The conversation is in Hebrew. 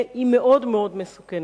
היא מאוד מסוכנת.